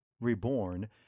Reborn